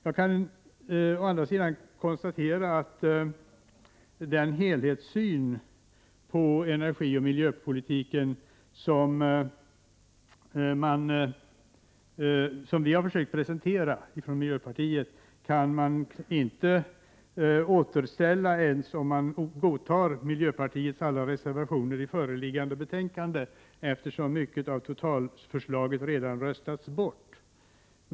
Jag kan å andra sidan konstatera att den helhetssyn på energioch miljöpolitiken som vi i miljöpartiet har försökt att presentera inte ens kan återställas om man bifaller alla miljöpartiets reservationer till föreliggande betänkande. Mycket av totalförslaget har redan röstats bort.